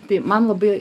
tai man labai